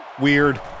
Weird